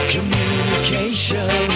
Communication